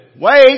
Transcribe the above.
wait